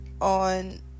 on